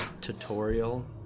tutorial